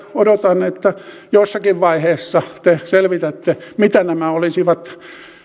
odotan että jossakin vaiheessa te selvitätte mitä nämä olisivat